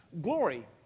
Glory